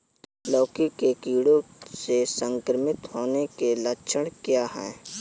लौकी के कीड़ों से संक्रमित होने के लक्षण क्या हैं?